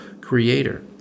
creator